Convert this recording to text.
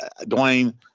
Dwayne